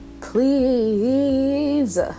please